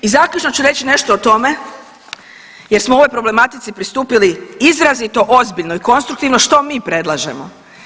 I zaključno ću reći nešto o tome jer smo ovoj problematici pristupili izrazito ozbiljno i konstruktivno što mi predlažemo.